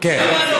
כן.